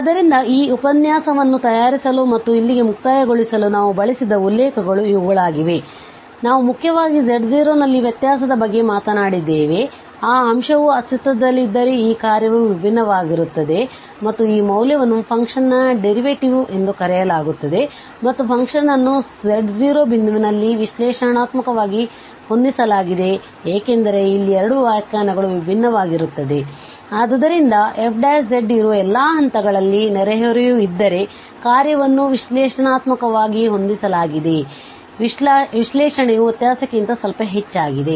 ಆದ್ದರಿಂದ ಈ ಉಪನ್ಯಾಸವನ್ನು ತಯಾರಿಸಲು ಮತ್ತು ಇಲ್ಲಿಗೆ ಮುಕ್ತಾಯಗೊಳಿಸಲು ನಾವು ಬಳಸಿದ ಉಲ್ಲೇಖಗಳು ಇವುಗಳಾಗಿವೆ ಆದ್ದರಿಂದ ನಾವು ಮುಖ್ಯವಾಗಿ z0 ನಲ್ಲಿನ ವ್ಯತ್ಯಾಸದ ಬಗ್ಗೆ ಮಾತನಾಡಿದ್ದೇವೆ ಈ ಅಂಶವು ಅಸ್ತಿತ್ವದಲ್ಲಿದ್ದರೆ ಈ ಕಾರ್ಯವು ವಿಭಿನ್ನವಾಗಿರುತ್ತದೆ ಮತ್ತು ಈ ಮೌಲ್ಯವನ್ನು ಫಂಕ್ಷನ್ ನ ಡೆರಿವೇಟಿವ್ ಎಂದು ಕರೆಯಲಾಗುತ್ತದೆ ಮತ್ತು ಫಂಕ್ಷನ್ ಅನ್ನು z0 ಬಿಂದುವಿನಲ್ಲಿ ವಿಶ್ಲೇಷಣಾತ್ಮಕವಾಗಿ ಹೊಂದಿಸಲಾಗಿದೆ ಏಕೆಂದರೆ ಇಲ್ಲಿ 2 ವ್ಯಾಖ್ಯಾನಗಳು ಭಿನ್ನವಾಗಿರುತ್ತವೆ ಆದ್ದರಿಂದ f ಇರುವ ಎಲ್ಲ ಹಂತಗಳಲ್ಲಿ ನೆರೆಹೊರೆಯು ಇದ್ದರೆ ಕಾರ್ಯವನ್ನು ವಿಶ್ಲೇಷಣಾತ್ಮಕವಾಗಿ ಹೊಂದಿಸಲಾಗಿದೆ ಆದ್ದರಿಂದ ವಿಶ್ಲೇಷಣೆಯು ವ್ಯತ್ಯಾಸಕ್ಕಿಂತ ಸ್ವಲ್ಪ ಹೆಚ್ಚಾಗಿದೆ